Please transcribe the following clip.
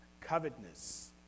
covetousness